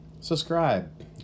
subscribe